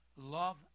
love